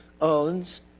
owns